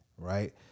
right